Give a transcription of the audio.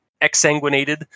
exsanguinated